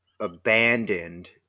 abandoned